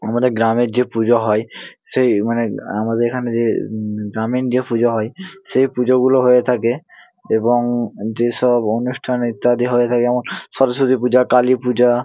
আমাদের গ্রামের যে পুজো হয় সেই মানে আমাদের এখানে যে গ্রামীণ যে পুজো হয় সেই পুজোগুলো হয়ে থাকে এবং যেসব অনুষ্ঠান ইত্যাদি হয়ে থাকে যেমন সরস্বতী পূজা কালী পূজা